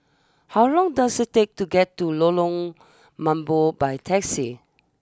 how long does it take to get to Lorong Mambong by taxi